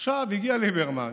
עכשיו הגיע ליברמן,